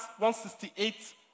168